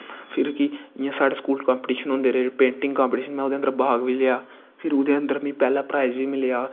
फिर कि इयां साढ़े स्कूल कंपिंटीशन होंदे रेह् पेंटिंग कंपिटीशन में उंदे बिच्च भाग बी लेआ फिर ओह्दै अन्दर मिगी प्राईज़ बी मिलेआ